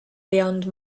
beyond